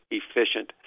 efficient